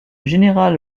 général